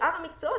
שאר המקצועות